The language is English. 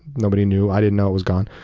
nobody knew. i didn't know it was gone.